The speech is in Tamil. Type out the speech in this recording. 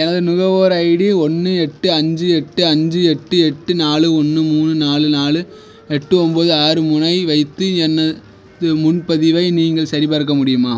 எனது நுகர்வோர் ஐடி ஒன்று எட்டு அஞ்சு எட்டு அஞ்சு எட்டு எட்டு நாலு ஒன்று மூணு நாலு நாலு எட்டு ஒம்பது ஆறு மூணை வைத்து எனது முன்பதிவை நீங்கள் சரிபார்க்க முடியுமா